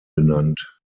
benannt